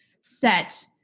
set